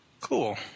Cool